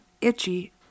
itchy